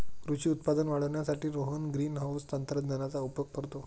कृषी उत्पादन वाढवण्यासाठी रोहन ग्रीनहाउस तंत्रज्ञानाचा उपयोग करतो